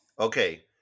Okay